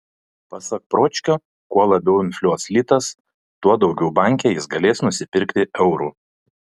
pasak pročkio kuo labiau infliuos litas tuo daugiau banke jis galės nusipirkti eurų